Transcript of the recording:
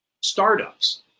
startups